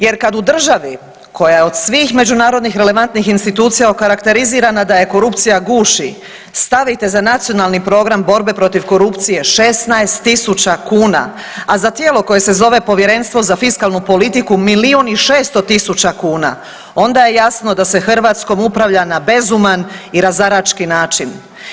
Jer kad u državi koja je od svih međunarodnih relevantnih institucija okarakterizirana da je korupcija guši, stavite za Nacionalni program borbe protiv korupcije 16 tisuća kuna, a za tijelo koje se zove Povjerenstvo za fiskalnu politiku milijun i 600 tisuća kuna, onda je jasno da se Hrvatskom upravlja na bezuman i razarački način.